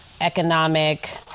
economic